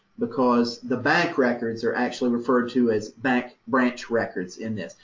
because the bank records are actually referred to as bank branch records in this.